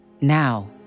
Now